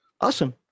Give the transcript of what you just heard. Awesome